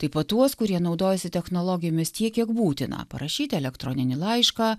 taip pat tuos kurie naudojasi technologijomis tiek kiek būtina parašyti elektroninį laišką